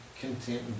content